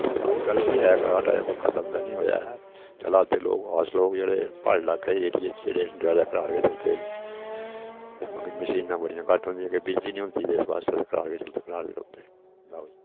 ते अज्जकल बी ऐ घराट अजें खत्म कोई ते नि होएया ऐ चला दे लोक अस लोक जेह्ड़े प्ह्यड़ी लाके च एरिये च जेह्ड़े ज्यादा घराट गै चलदे न मगर मशीनां बड़ियां घट्ट होन्दियां के बिजली नि होंदी इस पास्सेै ते घराट गै चलदे घराट गै रौंह्नदे लाओ जी